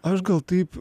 aš gal taip